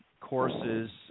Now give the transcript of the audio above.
courses